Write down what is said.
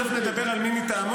תיכף נדבר על "מי מטעמו",